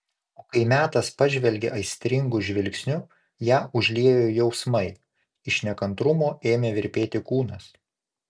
o kai metas pažvelgė aistringu žvilgsniu ją užliejo jausmai iš nekantrumo ėmė virpėti kūnas